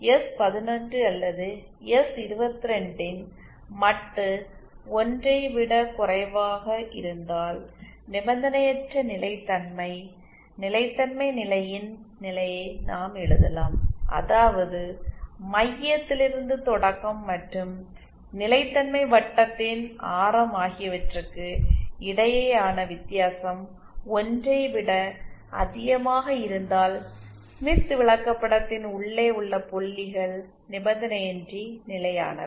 எஸ்11 அல்லது எஸ்22 ன் மட்டு 1 ஐ விடக் குறைவாக இருந்தால் நிபந்தனையற்ற நிலைத்தன்மை நிலையின் நிலையை நாம் எழுதலாம் அதாவது மையத்திலிருந்து தொடக்கம் மற்றும் நிலைத்தன்மை வட்டத்தின் ஆரம் ஆகியவற்றுக்கு இடையேயான வித்தியாசம் 1 ஐ விட அதிகமாக இருந்தால் ஸ்மித் விளக்கப்படத்தின் உள்ளே உள்ள புள்ளிகள் நிபந்தனையின்றி நிலையானவை